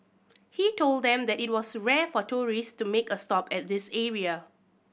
he told them that it was rare for tourists to make a stop at this area